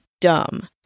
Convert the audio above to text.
dumb